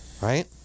right